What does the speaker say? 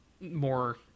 more